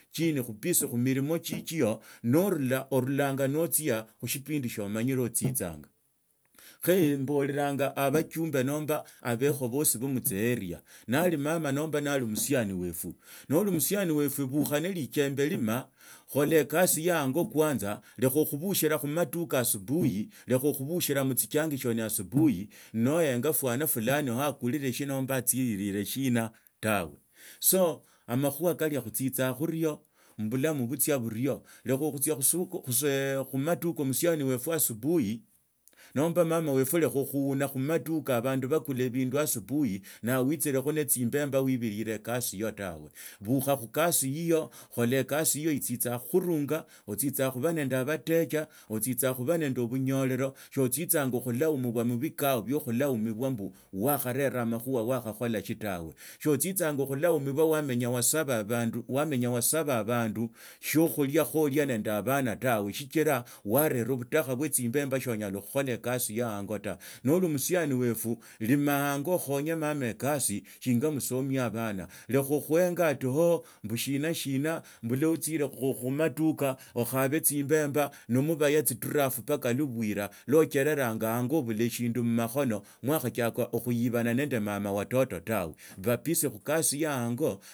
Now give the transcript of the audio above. Chini khuchipisi khumulimo chichio norura oruranga notsia khushipindi sio omanyire otsitsangakho emboreranga abajumbe nomba abikho bosi be mutsigrea nali mama nomba nali omusiani wefu na omusiani wefu bukha nelijembe lima khola ekasi ya ango kwanza lekhakhubwahera khumaduka asubuhi lekha khubushila mutsijunction asubuhi naenya fwana fulani usakurire shino nomba nomba otsirire shina tawe so amakhuba kalia khutsitsa khumaduka musiani weuwe asubuhi nomba nomba mama wefu lekha khuuna khumaduka abandu bakula ebindu asubuhi ninausa uitsirekho netsimbemba oiburire kasi yo tawe bukha khukasi yiyo tawe bukha khukasi yiyo khola ekasi yiyo yitsa khukhuranga otsitsanga khuba nende abateja otsitsanga khuba nende obunyenyolelo sootsitsanga khulaumibwa mshikao bio khulaumibwa mbu makharera amakhuha wakharera amakhuha wakhakhola eshitawe shio tsitsanga khulaumibwa wamenyaa wasabaa abandu wamenya wasaba abandu eshiakhulia khoalia nende abana tawe shichira warera butakha bwa tsimbemba soonyala okhukhola ekasi ya ango ta noli omusiani wefu lima aango ukhonye mama ekasi shinga musomiaa abana lekha okhuenga ati oobushina shina mbula otsire khumaduka okhabe tsimbemba nimubaya isdraff mbaka lwabuhira bwa ocherera ango obula eshindummakhono mwakhachiaka okhuibana nende mama watoto tawe ba busy khukasi ye anga.